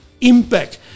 impact